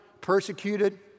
persecuted